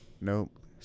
Nope